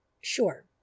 sure